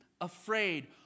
afraid